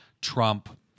Trump